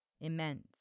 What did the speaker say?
immense